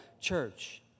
church